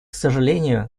сожалению